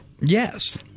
Yes